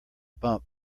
bump